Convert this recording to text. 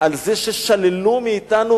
על זה ששללו מאתנו,